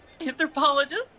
anthropologist